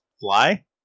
fly